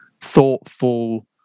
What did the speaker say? thoughtful